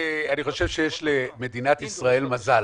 אני חושב שיש למדינת ישראל מזל,